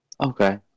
Okay